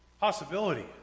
possibility